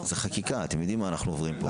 זאת חקיקה, אתם יודעים מה אנחנו עוברים פה.